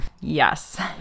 Yes